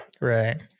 right